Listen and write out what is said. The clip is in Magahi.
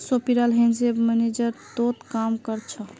सोपीराल हेज फंड मैनेजर तोत काम कर छ